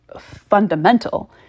fundamental